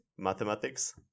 Mathematics